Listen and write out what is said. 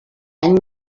any